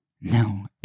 No